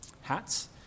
hats